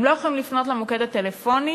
הם לא יכולים לפנות למוקד הטלפוני,